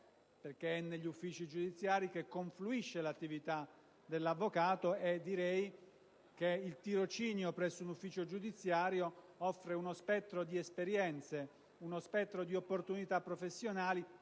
perché è negli uffici giudiziari che confluisce l'attività dell'avvocato e direi che il tirocinio presso un ufficio giudiziario offre uno spettro di esperienze e di opportunità professionali